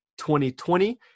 2020